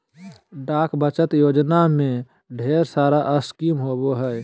डाक बचत योजना में ढेर सारा स्कीम होबो हइ